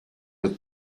with